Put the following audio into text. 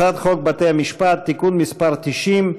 הצעת חוק בתי -משפט (תיקון מס' 90)